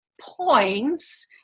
points